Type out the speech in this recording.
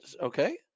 Okay